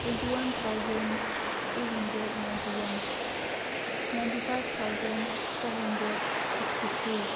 twenty one thousand two hundred ninety one ninety five thousand four hundred sixty three